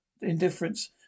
indifference